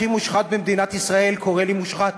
הכי מושחת במדינת ישראל קורא לי מושחת,